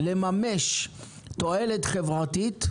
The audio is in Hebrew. לממש תועלת חברתית,